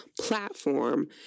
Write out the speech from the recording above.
platform